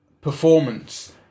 performance